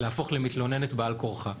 להפוך למתלוננת בעל כורחה.